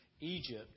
Egypt